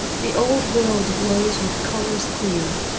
the old world glows with colours clear,